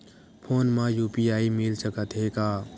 Phone मा UPI मिल सकत हे का?